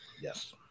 Yes